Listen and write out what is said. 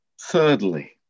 Thirdly